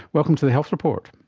welcome to the health report.